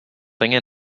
nothing